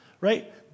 right